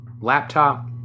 laptop